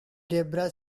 debra